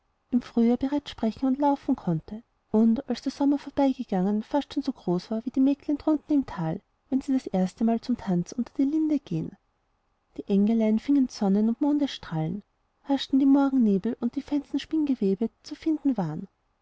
im frühjahr bereits sprechen und laufen konnte und als der sommer vorbeigegangen schon fast so groß war wie die mägdlein drunten im tal wenn sie das erstemal zum tanz unter die linde gehen die engelein fingen sonnen und mondesstrahlen haschten die morgennebel und die feinsten spinnwebe die zu finden waren